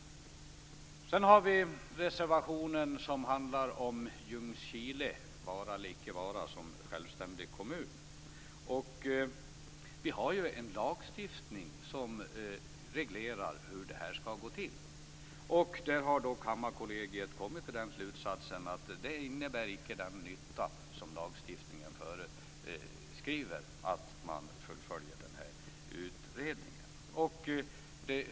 I en annan reservation behandlas frågan om Ljungskiles vara eller icke vara som självständig kommun. Vi har en lagstiftning som reglerar hur det här skall gå till. Kammarkollegiet har kommit fram till slutsatsen att ett genomförande av en utredning inte leder till den nytta som föreskrivs i lagstiftningen.